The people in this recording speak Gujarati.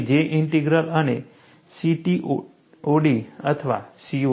તે J ઇન્ટિગ્રલ અને CTOD અથવા COD છે